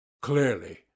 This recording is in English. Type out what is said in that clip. clearly